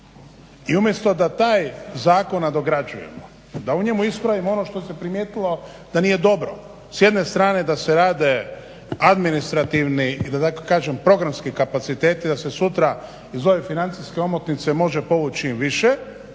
i umjesto da taj zakon nadograđujemo, da u njemu ispravimo ono što se primijetilo da nije dobro, s jedne strane da se rade administrativni da tako kažem programski kapaciteti, da se sutra iz ove financijske omotnice može povuć čim više.